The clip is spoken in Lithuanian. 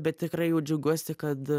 bet tikrai jau džiaugiuosi kad